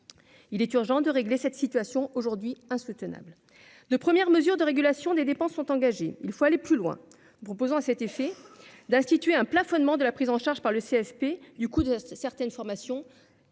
il est urgent de régler cette situation aujourd'hui insoutenable de premières mesures de régulation des dépenses sont engagés, il faut aller plus loin en proposant à cet effet d'instituer un plafonnement de la prise en charge par le CSP du coup de certaines formations,